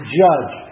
judge